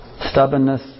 stubbornness